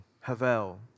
havel